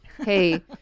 hey